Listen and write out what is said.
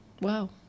wow